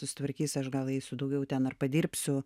susitvarkys aš gal eisiu daugiau ten ar padirbsiu